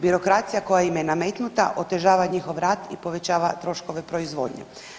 Birokracija koja im je nametnuta otežava njihov rad i povećava troškove proizvodnje.